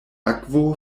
akvo